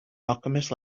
alchemist